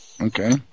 Okay